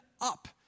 up